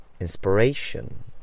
inspiration